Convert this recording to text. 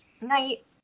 Night